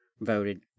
voted